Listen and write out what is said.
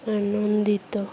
ଆନନ୍ଦିତ